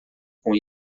com